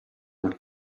not